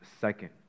second